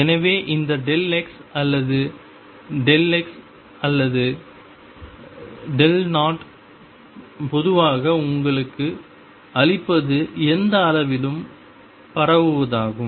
எனவே இந்தx அல்லது xஅல்லது O பொதுவாக உங்களுக்கு அளிப்பது எந்த அளவிலும் பரவுவதாகும்